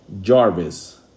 Jarvis